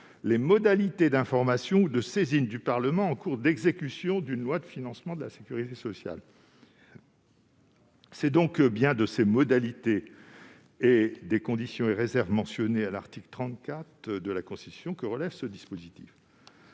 les modalités d'information ou de saisine du Parlement en cours d'exécution d'une loi de financement de la sécurité sociale. C'est donc bien de ces modalités, et des conditions et réserves mentionnées à l'article 34 de la Constitution, que relève le dispositif